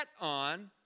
on